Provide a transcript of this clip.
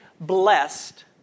blessed